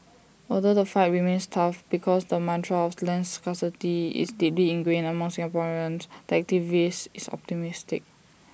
although the fight remains tough because the mantra of land scarcity is deeply ingrained among Singaporeans the activist is optimistic